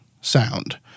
sound